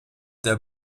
der